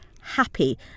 happy